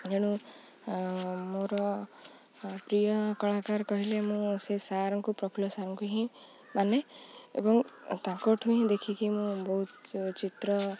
ତେଣୁ ମୋର ପ୍ରିୟ କଳାକାର କହିଲେ ମୁଁ ସେ ସାର୍ଙ୍କୁ ପ୍ରଫୁଲ୍ଲ ସାର୍ଙ୍କୁ ହିଁ ମାନେ ଏବଂ ତାଙ୍କଠୁ ହିଁ ଦେଖିକି ମୁଁ ବହୁତ ଚିତ୍ର